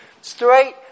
straight